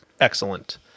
excellent